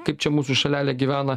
kaip čia mūsų šalelė gyvena